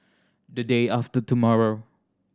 the day after tomorrow